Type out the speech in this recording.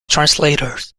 translators